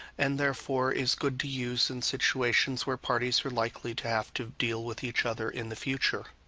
and therefore is good to use in situations where parties are likely to have to deal with each other in the future.